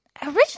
Originally